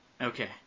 okay